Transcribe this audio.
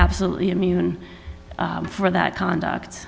absolutely immune for that conduct